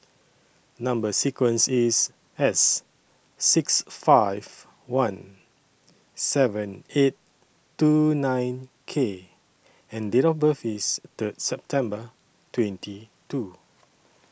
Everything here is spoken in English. Number sequence IS S six five one seven eight two nine K and Date of birth IS Third September twenty two